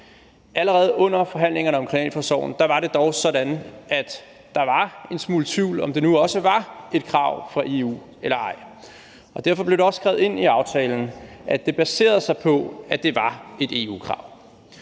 Allerede under forhandlingerne om kriminalforsorgen var det dog sådan, at der var en smule tvivl om, hvorvidt det nu også var et krav fra EU eller ej. Derfor blev det også skrevet ind i aftalen, at den baserede sig på, at det var et EU-krav.